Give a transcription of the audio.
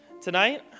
tonight